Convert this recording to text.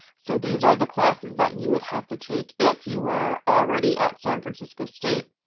so these are the classes that you would have to take if you were already at san francisco state.